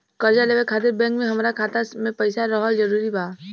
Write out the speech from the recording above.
कर्जा लेवे खातिर बैंक मे हमरा खाता मे पईसा रहल जरूरी बा?